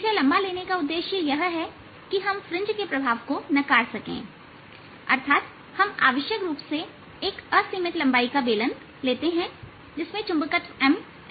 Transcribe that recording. इसे लंबा लेने का उद्देश्य यह है कि हम फ्रिंज प्रभाव को नकार सके अर्थात हम आवश्यक रूप से एक असीमित लंबाई का बेलन लेते हैं जिसमें x दिशा में चुंबकत्व M है